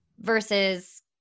versus